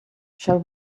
shall